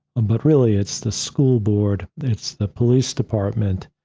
and but really, it's the school board, it's the police department,